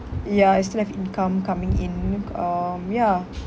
ya I still have income coming in um ya